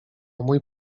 mój